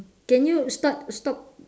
can you start stop